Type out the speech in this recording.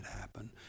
happen